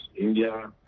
India